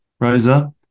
Rosa